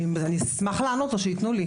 אני אשמח לענות לו, שייתנו לי.